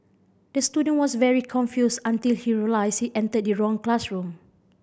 the student was very confused until he realised he entered the wrong classroom